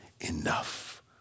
enough